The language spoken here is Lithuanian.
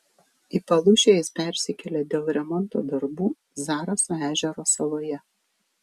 į palūšę jis persikėlė dėl remonto darbų zaraso ežero saloje